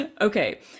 Okay